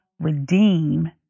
redeem